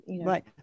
Right